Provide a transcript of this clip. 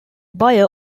buyer